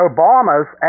Obama's